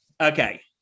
Okay